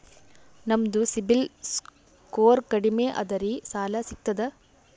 ನಮ್ದು ಸಿಬಿಲ್ ಸ್ಕೋರ್ ಕಡಿಮಿ ಅದರಿ ಸಾಲಾ ಸಿಗ್ತದ?